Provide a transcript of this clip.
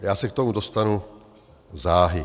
Já se k tomu dostanu záhy.